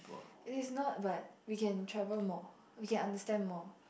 it is not but we can travel more we can understand more